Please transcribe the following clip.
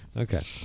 Okay